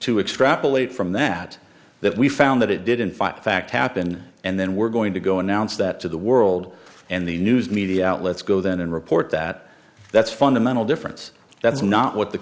to extrapolate from that that we found that it did in five fact happen and then we're going to go announce that to the world and the news media outlets go then and report that that's fundamental difference that's not what the